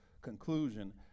conclusion